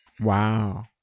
Wow